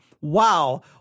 wow